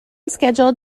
scheduled